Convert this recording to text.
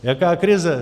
Jaká krize?